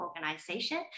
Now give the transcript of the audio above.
organization